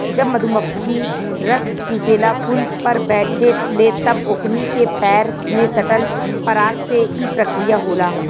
जब मधुमखी रस चुसेला फुल पर बैठे ले तब ओकनी के पैर में सटल पराग से ई प्रक्रिया होला